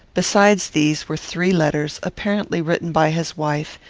besides these were three letters, apparently written by his wife,